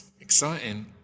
Exciting